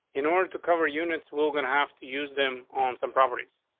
in order to cover units, we're gonna have to use them on some properties.